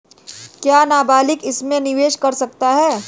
क्या नाबालिग इसमें निवेश कर सकता है?